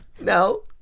No